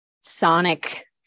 sonic